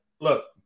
look